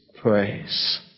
praise